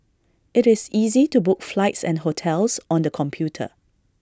IT is easy to book flights and hotels on the computer